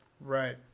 right